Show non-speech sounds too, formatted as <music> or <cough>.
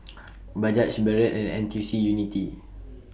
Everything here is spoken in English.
<noise> Bajaj Barrel and N T C Unity <noise>